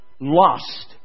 lost